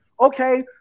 okay